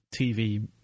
TV